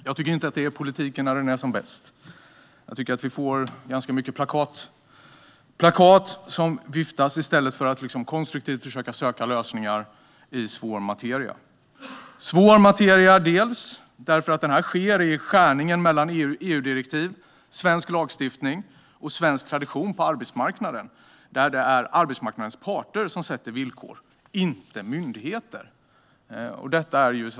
Jag tycker inte att detta är politik när den är som bäst. Det viftas med en massa plakat i stället för att konstruktivt söka lösningar i svår materia. Materian är svår för att detta sker i skärningspunkten mellan EU-direktiv, svensk lagstiftning och svensk tradition på arbetsmarknaden, där arbetsmarknadens parter och inte myndigheter sätter villkoren.